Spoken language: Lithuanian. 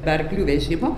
be arklių vežimo